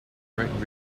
direct